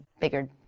bigger